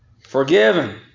Forgiven